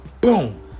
Boom